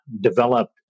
developed